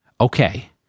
Okay